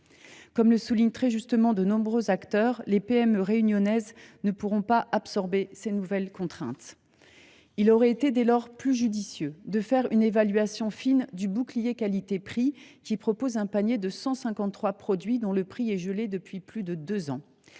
Comme le soulignent justement de nombreux acteurs, les PME réunionnaises ne pourront pas absorber ces nouvelles contraintes. Il aurait donc été plus judicieux de réaliser une évaluation fine du bouclier qualité prix, le BQP+ qui propose un panier de 153 produits dont le prix est gelé depuis plus de deux ans.